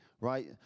Right